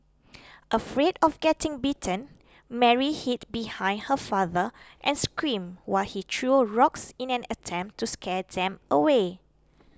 afraid of getting bitten Mary hid behind her father and screamed while he threw rocks in an attempt to scare them away